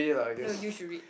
no you should read